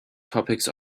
topics